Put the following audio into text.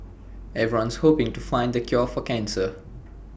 everyone's hoping to find the cure for cancer